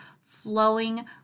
flowing